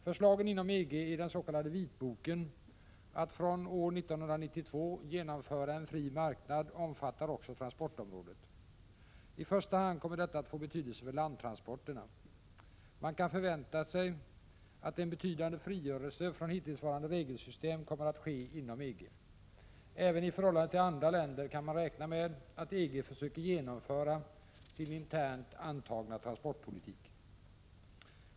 Förslagen inom EG i den s.k. vitboken att från år 1992 genomföra en fri marknad omfattar också transportområdet. I första hand kommer detta att få betydelse för landtransporterna. Man kan förvänta sig att en betydande frigörelse från hittillsvarande regelsystem kommer att ske inom EG. Även i förhållande till andra länder kan man räkna med att EG försöker genomföra sin internt antagna transportpolitik.